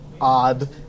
odd